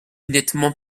nettement